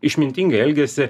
išmintingai elgiasi